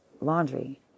laundry